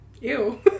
Ew